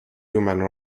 human